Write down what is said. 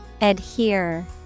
Adhere